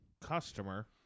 customer